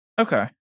Okay